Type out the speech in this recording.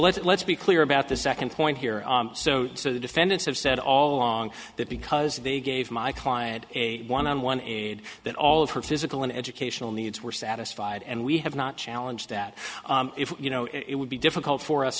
so let's be clear about the second point here so so the defendants have said all along that because they gave my client a one on one aide that all of her physical and educational needs were satisfied and we have not challenge that if you know it would be difficult for us